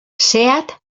seat